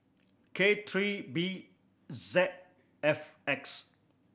K three B Z five X